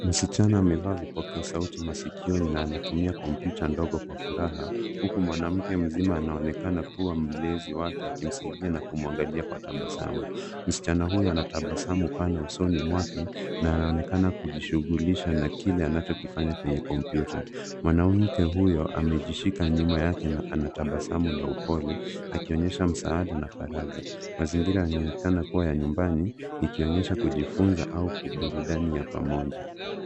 Msichana amevaa vipokea sauti maskioni na anatumia kompyuta ndogo kwa furaha, huku mwananke mzima anaonekana kuwa mlezi wake akimsaidia na kumwangalia kwa tabasamu. Msichana huyo anatabasamu pana usoni mwake na anaonekanakujishughulisha na kile anachokifanya kwenye kompyuta. Mwanamke huyo amejishika nyuma yake na anatabasamu la upole akionyesha msaada na faraja. Mazingira yanaonekana kuwa ni ya nyumbani ikionyesha kujifunza au burudani ya pamoja.